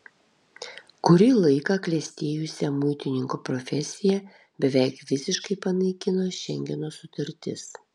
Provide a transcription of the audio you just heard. kurį laiką klestėjusią muitininko profesiją beveik visiškai panaikino šengeno sutartis